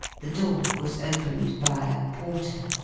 the door was opened by a porter.